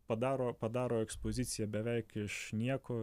padaro padaro ekspoziciją beveik iš nieko